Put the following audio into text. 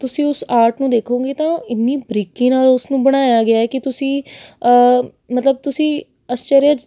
ਤੁਸੀਂ ਉਸ ਆਰਟ ਨੂੰ ਦੇਖੋਂਗੇ ਤਾਂ ਇੰਨੀ ਬਰੀਕੀ ਨਾਲ ਉਸ ਨੂੰ ਬਣਾਇਆ ਗਿਆ ਹੈ ਕਿ ਤੁਸੀਂ ਮਤਲਬ ਤੁਸੀਂ ਅਸਚਰਜ